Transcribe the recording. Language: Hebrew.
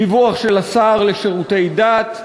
דיווח של השר לשירותי דת,